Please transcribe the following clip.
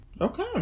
Okay